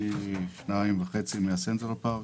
פי שניים וחצי מן הסנטרל פארק.